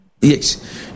Yes